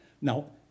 Now